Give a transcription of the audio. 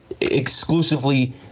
exclusively